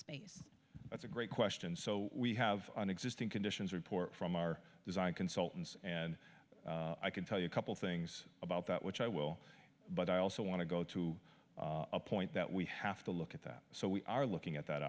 space that's a great question so we have an existing conditions report from our design consultants and i can tell you a couple things about that which i will but i also want to go to a point that we have to look at that so we are looking at that